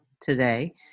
today